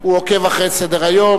הוא עוקב אחר סדר-היום.